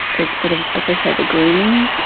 it's, sort of as they say, the grooming.